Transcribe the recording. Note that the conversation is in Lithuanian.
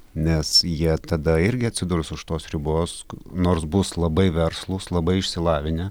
nes jie tada irgi atsidurs už tos ribos nors bus labai verslūs labai išsilavinę